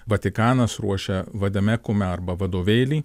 vatikanas ruošia vadame kume arba vadovėlį